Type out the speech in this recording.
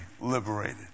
liberated